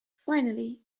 finally